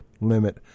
Limit